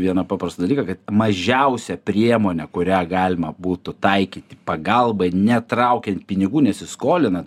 vieną paprastą dalyką kad mažiausia priemonė kurią galima būtų taikyti pagalbai netraukiant pinigų nesiskolinant